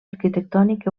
arquitectònic